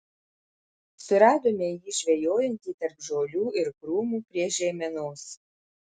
suradome jį žvejojantį tarp žolių ir krūmų prie žeimenos